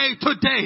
today